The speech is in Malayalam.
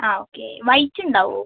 ആ ഓക്കേ വൈറ്റ് ഉണ്ടാവുവോ